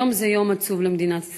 היום זה יום עצוב למדינת ישראל.